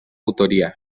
autoría